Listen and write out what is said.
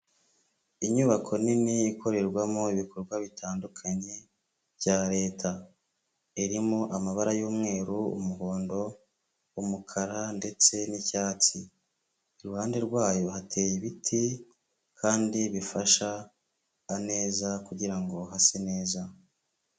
Inyubako nini ikorerwamo ibikorwa bitandukanye bya Leta, irimo amabara y'umweru, umuhondo, umukara ndetse n'icyatsi, iruhande rwayo hateye ibiti kandi bifasha ameza kugira ngo hase neza.